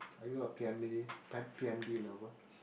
are you a P_M Lee P_M_D lover